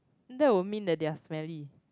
that will mean that they are smelly